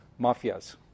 mafias